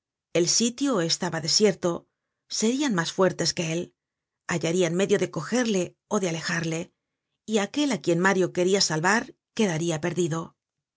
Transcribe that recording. el sitio estaba desierto serian mas fuertes que él hallarian medio de cogerle ó de alejarle y aquel á quien mario queria salvar quedaria perdido